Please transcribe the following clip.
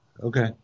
Okay